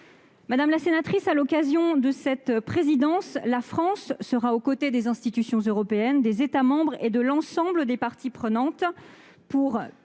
Madame la sénatrice, à l'occasion de cette présidence, la France sera aux côtés des institutions européennes, des États membres et de l'ensemble des parties prenantes pour